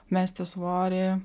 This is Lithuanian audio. mesti svorį